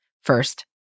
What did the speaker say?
First